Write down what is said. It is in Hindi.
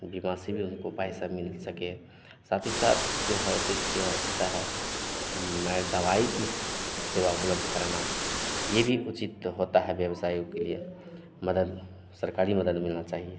बीमा से भी उनको पैसा मिल सके साथ ही साथ जो हेल्प इसकी होती है मैं दवाई की सेवा उपलब्ध कराना यह भी उचित होता है व्यवसायों के लिए मदद सरकारी मदद मिलना चाहिए